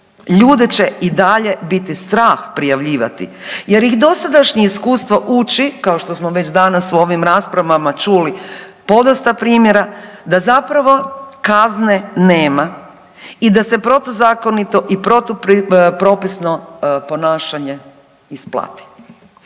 ljude će i dalje biti strah prijavljivati jer ih dosadašnje iskustvo uči, kao što smo već danas u ovim raspravama čuli podosta primjera, da zapravo kazne nema i da se protuzakonito i protupropisno ponašanje isplati.